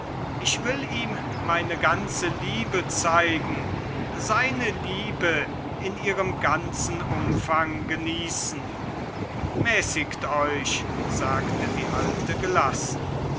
ich will ihm meine ganze liebe zeigen seine liebe in ihrem ganzen umfang genießen mäßigt euch sagte die alte gelassen